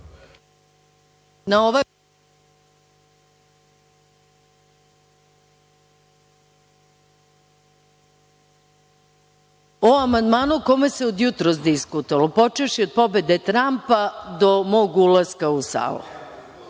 amandmanu o kome se od jutros diskutovalo, počevši od pobede Trampa do mog ulaska u salu.